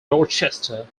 dorchester